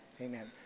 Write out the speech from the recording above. amen